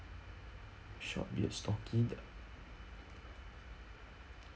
short beard stocky